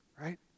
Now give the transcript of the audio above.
right